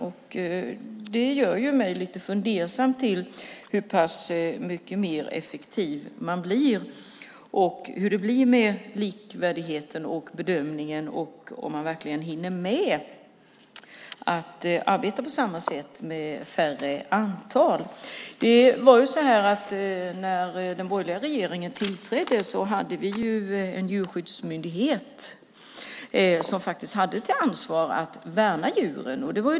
Det gör att jag blir lite fundersam över hur pass mycket mer effektivt det blir och hur det blir med likvärdigheten och bedömningen samt om de verkligen hinner med att arbeta på samma sätt när de är färre till antalet. När den borgerliga regeringen tillträdde hade vi en djurskyddsmyndighet som hade ansvar för att värna djuren.